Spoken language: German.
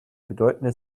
bedeutende